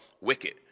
Wicked